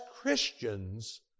Christians